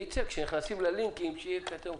כשיצא, כשנכנסים ללינקים, שיהיה כתוב: